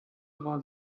dra